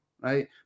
right